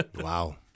Wow